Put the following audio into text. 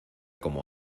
como